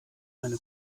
eine